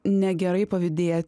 negerai pavydėt